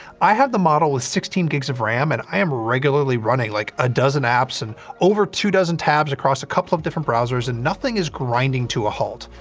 i have the model with sixteen gigs of ram, and i am regularly running, like, a dozen apps and over two dozen tabs across a couple of different browsers, and nothing is grinding to a halt.